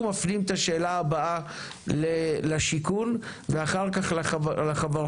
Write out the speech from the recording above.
אנחנו מפנים את השאלה הבאה לשיכון ואחר כך לחברות